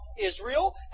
Israel